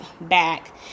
back